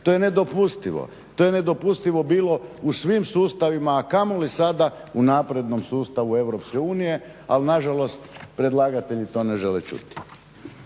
To je nedopustivo. To je nedopustivo bilo u svim sustavima a kamoli sada u naprednom sustavu EU ali nažalost predlagatelji to ne žele čuti.